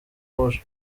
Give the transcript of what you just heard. rouge